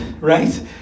right